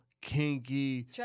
kinky